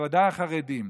ובוודאי החרדים,